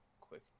quick